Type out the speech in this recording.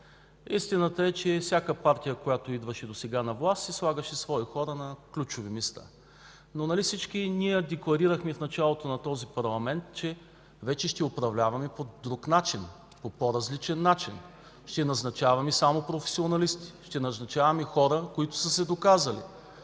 Истината е, че всяка партия, която досега идваше на власт, си слагаше свои хора на ключови места. Но нали всички ние декларирахме в началото на този парламент, че вече ще управляваме по друг начин, по по-различен начин – ще назначаваме само професионалисти, ще назначаваме хора, които са се доказали?